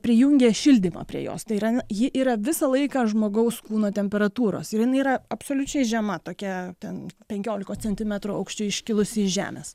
prijungė šildymą prie jos tai yra ji yra visą laiką žmogaus kūno temperatūros jinai yra absoliučiai žema tokia ten penkiolikos centimetrų aukščio iškilusi iš žemės